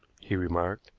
he remarked.